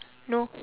no